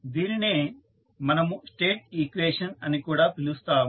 దీనినే మనము state equation అని కూడా పిలుస్తాము